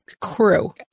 crew